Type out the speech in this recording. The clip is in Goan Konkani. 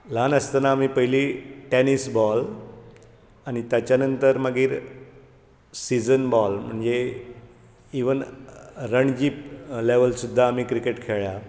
ल्हान आसतना आमी पयलीं टेनीस बाॅल आनी ताचे नंतर मागीर सिजन बाॅल म्हणजे इवन रणजी लॅवल सुद्दां आमी क्रिकेट खेळ्ळ्या